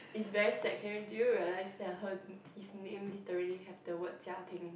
is very second do you realise her his name literally have the word Jia-Ting